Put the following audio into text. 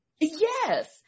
Yes